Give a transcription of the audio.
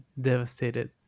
devastated